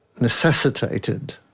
necessitated